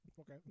Okay